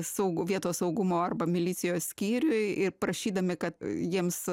saugu vietos saugumo arba milicijos skyriuj ir prašydami kad jiems